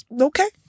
okay